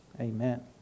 Amen